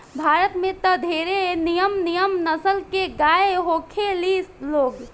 भारत में त ढेरे निमन निमन नसल के गाय होखे ली लोग